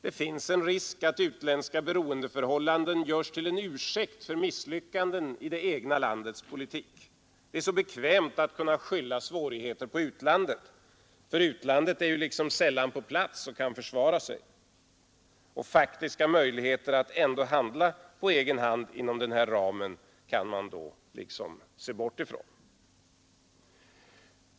Det finns också en risk för att utländska beroendeförhållanden görs till en ursäkt för misslyckanden i det egna landets politik. Det är så bekvämt att kunna skylla svårigheter på utlandet — utlandet är ju sällan på plats för att försvara sig. Faktiska möjligheter att ändå handla på egen hand inom den här ramen kan man då liksom se bort ifrån.